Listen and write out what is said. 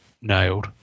nailed